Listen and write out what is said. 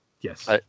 Yes